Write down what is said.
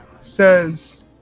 says